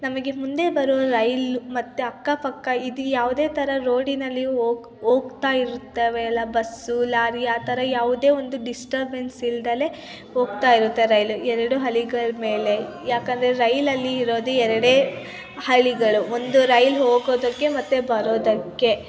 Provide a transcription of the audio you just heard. ನಮಗೆ ಮುಂದೆ ಬರುವ ರೈಲು ಮತ್ತು ಅಕ್ಕ ಪಕ್ಕ ಇದು ಯಾವುದೇ ಥರ ರೋಡಿನಲ್ಲಿಯೂ ಹೋಗ್ ಹೋಗ್ತಾ ಇರ್ತವೆ ಅಲಾ ಬಸ್ಸು ಲಾರಿ ಆ ಥರ ಯಾವುದೇ ಒಂದು ಡಿಸ್ಟರ್ಬೆನ್ಸ್ ಇಲ್ದೇ ಹೋಗ್ತಾ ಇರುತ್ತೆ ರೈಲು ಎರಡು ಹಳಿಗಳ್ ಮೇಲೆ ಯಾಕಂದರೆ ರೈಲಲ್ಲಿ ಇರೋದು ಎರಡೇ ಹಳಿಗಳು ಒಂದು ರೈಲು ಹೋಗೋದಕ್ಕೆ ಮತ್ತು ಬರೋದಕ್ಕೆ